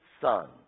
son